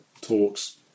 talks